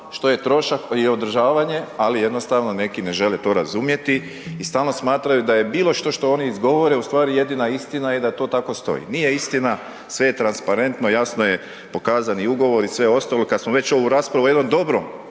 što je trošak i održavanje, ali jednostavno neki ne žele to razumjeti i stalno smatraju da je bilo što što oni izgovore u stvari jedina istina i da to tako stoji. Nije istina, sve je transparentno, jasno je pokazani ugovori i sve ostalo i kad smo već ovu raspravu u jednom dobrom